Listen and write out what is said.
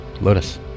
Lotus